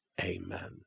amen